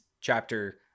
chapter